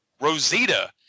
Rosita